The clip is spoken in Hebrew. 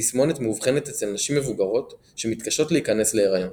התסמונת מאובחנת אצל נשים מבוגרות שמתקשות להיכנס להיריון.